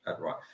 right